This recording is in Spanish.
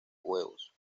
huevos